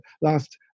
last